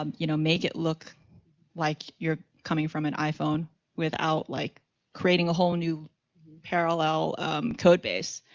um you know, make it look like you're coming from an iphone without like creating a whole new parallel code base.